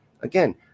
again